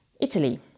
Italy